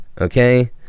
Okay